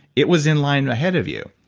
it was in line ahead of you.